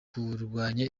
kurwanya